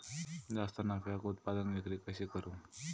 जास्त नफ्याक उत्पादन विक्री कशी करू?